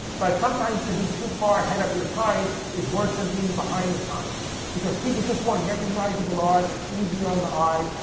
but sometimes to be too far ahead of your time is worse than being behind the time because people just want recognizable art that's easy on the eye.